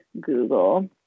Google